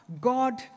God